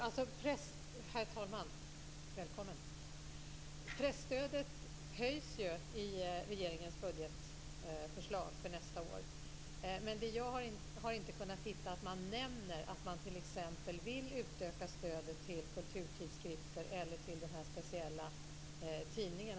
Herr talman! Presstödet höjs i regeringens budgetförslag för nästa år, men jag har inte kunnat hitta ett ställe där man nämner att man vill utöka stödet till kulturtidskrifter eller till denna speciella tidning.